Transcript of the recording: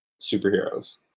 superheroes